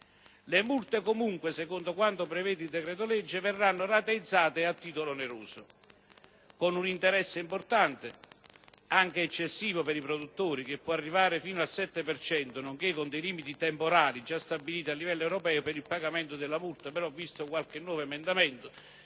Le multe comunque, secondo quanto prevede il decreto-legge, verranno rateizzate a titolo oneroso, con un interesse importante, anche eccessivo per i produttori, che può arrivare fino al 7 per cento, nonché con limiti temporali già stabiliti a livello europeo per il pagamento della multa. Ho visto però qualche nuovo emendamento